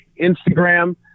Instagram